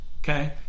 okay